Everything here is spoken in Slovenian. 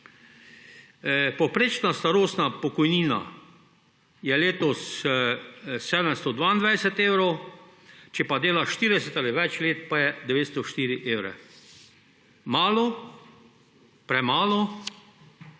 Povprečna starostna pokojnina je letos 722 evrov, če pa delaš 40 ali več let, pa je 904 evre. Malo, premalo,